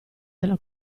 della